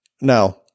Now